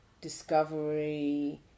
discovery